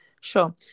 sure